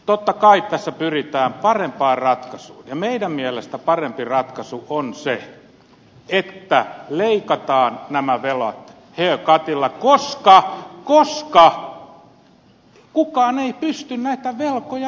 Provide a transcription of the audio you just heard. totta kai tässä pyritään parempaan ratkaisuun ja meidän mielestämme parempi ratkaisu on se että leikataan nämä velat haircutilla koska kukaan ei pysty näitä velkoja maksamaan